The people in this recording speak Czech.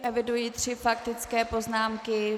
Eviduji tři faktické poznámky.